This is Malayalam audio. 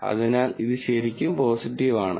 അതിനാൽ ഇത് ശരിക്കും പോസിറ്റീവ് ആണ്